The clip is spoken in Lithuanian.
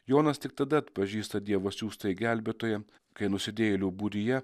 jonas tik tada atpažįsta dievo siųstąjį gelbėtoją kai nusidėjėlių būryje